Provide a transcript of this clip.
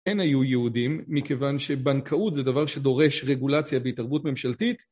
אין היו יהודים, מכיוון שבנקאות זה דבר שדורש רגולציה בהתערבות ממשלתית.